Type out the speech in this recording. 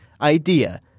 idea